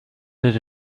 did